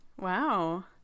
Wow